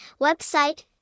website